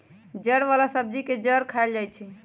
जड़ वाला सब्जी के जड़ खाएल जाई छई